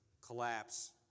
collapse